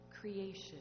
creation